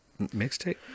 mixtape